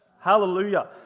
Hallelujah